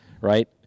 right